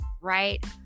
right